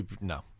No